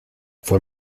fue